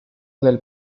del